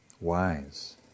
wise